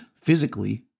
physically